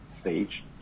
stage